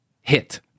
hit